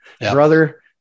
Brother